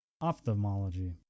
ophthalmology